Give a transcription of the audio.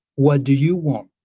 what do you want?